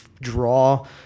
draw